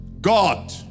God